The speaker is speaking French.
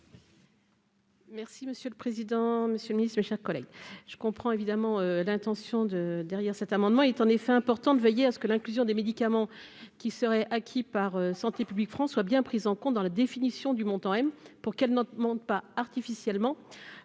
Merci monsieur le président, monsieur le Ministre, chers collègues, je comprends évidemment l'intention de derrière cet amendement est en effet important de veiller à ce que l'inclusion des médicaments qui seraient acquis par Santé publique France soit bien prise en compte dans la définition du montant, M. pour quelle note monte pas artificiellement